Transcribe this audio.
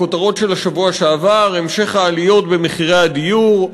הכותרות של השבוע שעבר: המשך העליות במחירי הדיור,